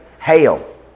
hail